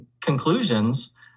conclusions